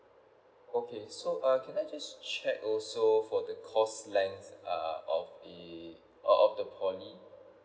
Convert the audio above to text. okay so uh can I just check also for the course length of the of the poly